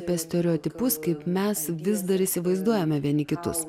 apie stereotipus kaip mes vis dar įsivaizduojame vieni kitus